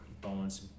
bones